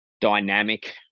dynamic